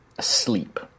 asleep